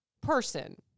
person